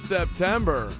September